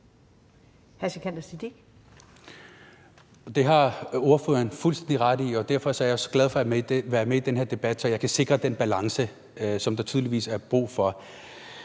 Sikandar Siddique (UFG): Det har ordføreren fuldstændig ret i, og derfor er jeg jo så glad for at være med i den her debat, så jeg kan sikre den balance, der tydeligvis er brug for.